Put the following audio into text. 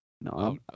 no